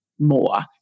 more